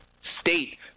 state